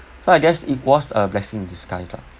so I guess it was a blessing in disguise lah